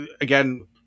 again